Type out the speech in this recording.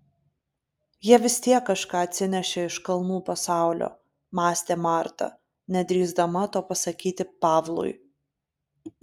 jie vis tiek kažką atsinešė iš kalnų pasaulio mąstė marta nedrįsdama to pasakyti pavlui